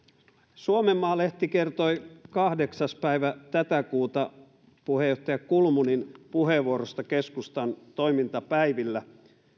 suomenmaa lehti kertoi kahdeksas päivä tätä kuuta puheenjohtaja kulmunin puheenvuorosta keskustan toimintapäivillä